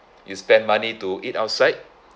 you spend money to eat outside